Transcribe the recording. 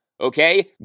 okay